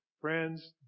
Friends